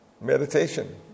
meditation